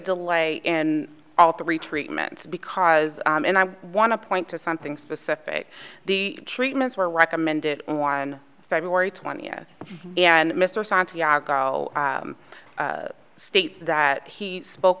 delay in all three treatments because and i want to point to something specific the treatments were recommended on february twentieth and mr santiago states that he spoke